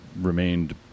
remained